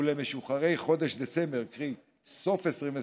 ולמשוחררי חודש דצמבר, קרי סוף 2020,